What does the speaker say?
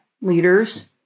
leaders